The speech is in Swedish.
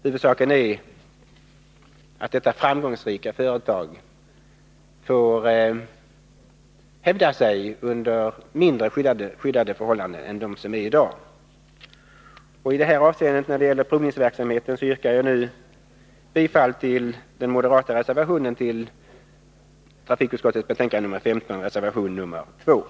Huvudsaken är att detta framgångsrika företag får hävda sig under mindre skyddade förhållanden än de som i dag råder. När det gäller provningsverksamheten yrkar jag bifall till den moderata reservationen nr 2 till trafikutskottets betänkande nr 15.